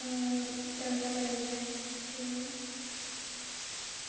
तड़का लाई लैना ते